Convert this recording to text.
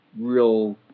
real